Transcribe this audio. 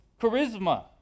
charisma